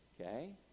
okay